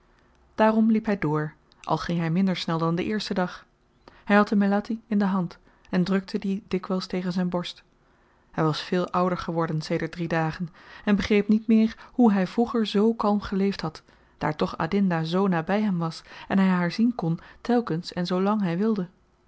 daarom liep hy door al ging hy minder snel dan den eersten dag hy had de melatti in de hand en drukte die dikwyls tegen zyn borst hy was veel ouder geworden sedert drie dagen en begreep niet meer hoe hy vroeger zoo kalm geleefd had daar toch adinda zoo naby hem was en hy haar zien kon telkens en zoo lang hy wilde